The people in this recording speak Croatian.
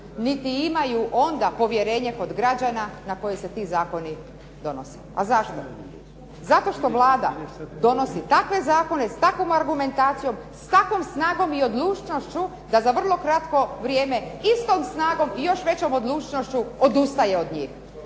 Niti imaju onda povjerenje kod građana na koje se ti zakoni odnose. A zašto? Zato što Vlada donosi takve zakone, s takvom argumentacijom, s takvom snagom i odlučnošću da za vrlo kratko vrijeme istom snagom i još većom odlučnošću odustaje od njih.